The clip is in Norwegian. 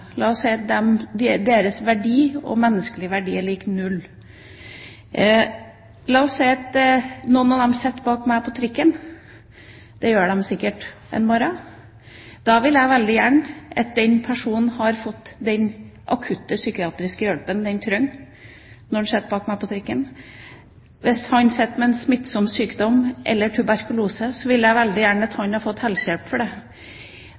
La oss si at deres menneskelige verdi er lik null. La oss si at en av dem sitter bak meg på trikken – det er det sikkert noen som gjør en morgen. Jeg vil veldig gjerne at den personen har fått den akutte psykiatriske hjelpen vedkommende trenger, når han sitter bak meg på trikken. Hvis han sitter med en smittsom sykdom, f.eks. tuberkulose, vil jeg gjerne at han har fått helsehjelp for det.